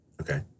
Okay